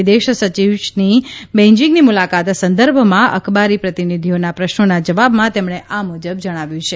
વિદેશ સચિવની બેઇજિંગની મુલાકાત સંદર્ભમાં અખબારી પ્રતિનિધિઓના પ્રશ્નોના જવાબમાં તેમણે આ મૂજબ જણાવ્યું છે